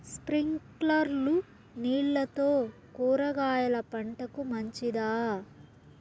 స్ప్రింక్లర్లు నీళ్లతో కూరగాయల పంటకు మంచిదా?